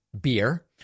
beer